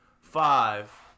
five